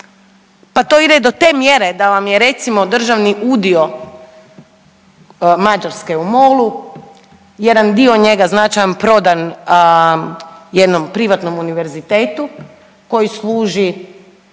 Pa to ide i do te mjere da vam je recimo državni udio Mađarske u MOL-u jedan dio njega značajan prodan jednom privatnom univerzitetu koji služi